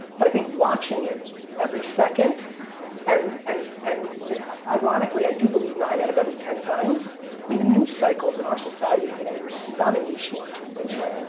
but i think watching it every second and and and ironically i do believe nine out of every ten times. i mean the news cycles in our society today are stunningly short. like